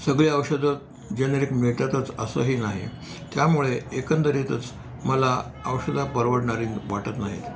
सगळी औषधं जनेरिक मिळतातच असंही नाही त्यामुळे एकंदरीतच मला औषधं परवडणारी वाटत नाहीत